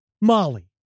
Molly